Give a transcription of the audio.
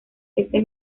este